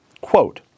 Quote